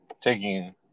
taking